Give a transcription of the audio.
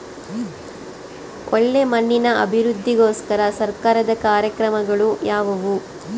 ಒಳ್ಳೆ ಮಣ್ಣಿನ ಅಭಿವೃದ್ಧಿಗೋಸ್ಕರ ಸರ್ಕಾರದ ಕಾರ್ಯಕ್ರಮಗಳು ಯಾವುವು?